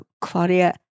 Claudia